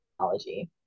technology